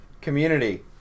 community